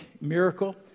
miracle